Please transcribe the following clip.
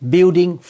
Building